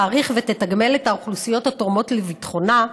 תעריך ותתגמל את האוכלוסיות התורמות לביטחונה,